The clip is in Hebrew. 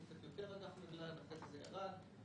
קצת יותר אג"ח נדל"ן אחרי שזה ירד.